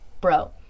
Bro